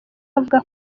avuga